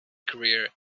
career